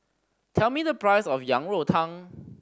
tell me the price of Yang Rou Tang